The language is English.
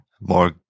More